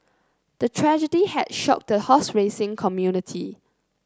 the tragedy had shocked the horse racing community